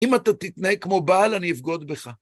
אם אתה תתנהג כמו בעל, אני אבגוד בך.